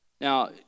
Now